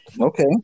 Okay